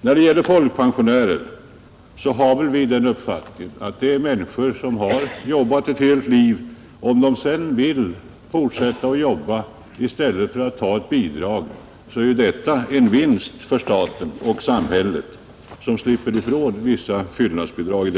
När det gäller folkpensionärerna har vi väl den uppfattningen att de är människor som har jobbat ett helt liv. Om de sedan vill fortsätta att jobba i stället för att ta ett bidrag, är detta en vinst för staten och samhället, som slipper ifrån vissa fyllnadsbidrag.